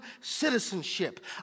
citizenship